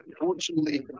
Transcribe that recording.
unfortunately